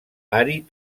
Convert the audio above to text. àrid